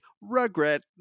regret